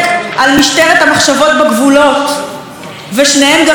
ושניהם גם יחד לא מסוגלים אפילו להוציא אמירה ערכית